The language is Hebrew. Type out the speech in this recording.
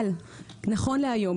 נכון להיום,